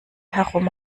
herum